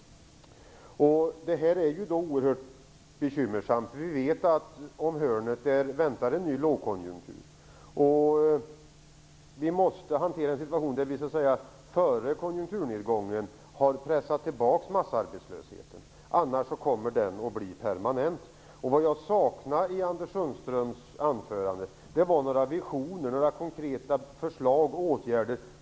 Detta är oerhört bekymmersamt, därför att vi vet att runt hörnet väntar en ny lågkonjunktur. Vi måste hantera situationen så att vi innan konjunkturnedgången har pressat tillbaka massarbetslösheten. Annars kommer den att bli permanent. Vad jag saknar i Anders Sundströms anförande är visioner och några konkreta förslag till åtgärder.